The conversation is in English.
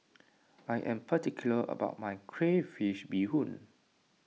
I am particular about my Crayfish BeeHoon